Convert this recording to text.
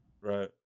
Right